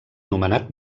nomenat